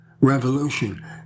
revolution—